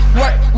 work